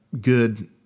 good